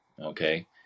okay